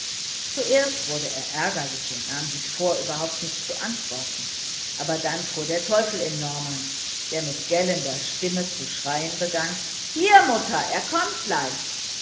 zuerst wurde er ärgerlich und nahm sich vor überhaupt nicht zu antworten aber dann fuhr der teufel in norman der mit gellender stimme zu schreien begann hier mutter er kommt gleich